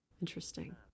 Interesting